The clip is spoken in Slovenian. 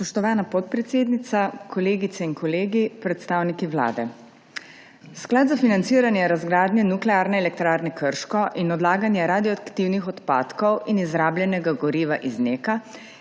Spoštovana podpredsednica, kolegice in kolegi, predstavniki Vlade! Sklad za financiranje razgradnje Nuklearne elektrarne Krško in odlaganje radioaktivnih odpadkov in izrabljenega goriva iz NEK